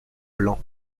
blanc